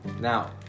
Now